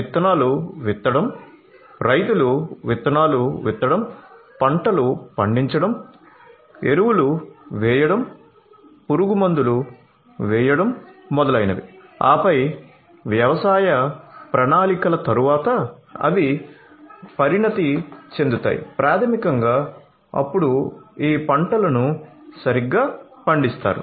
విత్తనాలు విత్తడం రైతులు విత్తనాలు విత్తడం పంటలు పండించడం ఎరువులు వేయడం పురుగు మందులు వేయడం మొదలైనవి ఆపై వ్యవసాయ ప్రణాళికల తరువాత అవి పరిణతి చెందుతాయి ప్రాథమికం గా అప్పుడు ఈ పంటలు ను సరిగ్గా పండిస్తారు